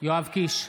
יואב קיש,